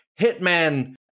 Hitman